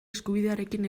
eskubidearekin